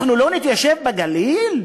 אנחנו לא נתיישב בגליל?